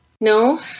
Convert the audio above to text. No